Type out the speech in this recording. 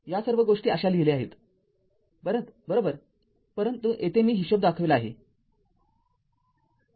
या सर्व गोष्टी अशा लिहिल्या आहेतबरोबर परंतु तेथे मी हिशोब दाखवला आहे